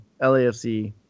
LAFC